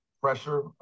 pressure